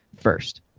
first